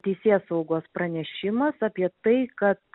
teisėsaugos pranešimas apie tai kad